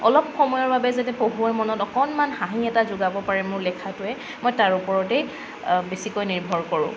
অলপ সময়ৰ বাবে যাতে পঢ়ুৱৈৰ মনত অকণমান হাঁহি এটা জগাব পাৰে মোৰ লেখাটোৱে মই তাৰ ওপৰতেই বেছিকৈ নিৰ্ভৰ কৰোঁ